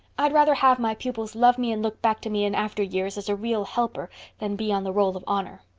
i'd rather have my pupils love me and look back to me in after years as a real helper than be on the roll of honor,